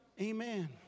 Amen